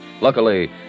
Luckily